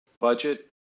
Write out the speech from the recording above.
budget